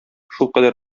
шулкадәр